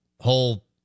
whole